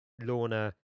Lorna